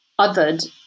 othered